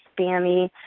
spammy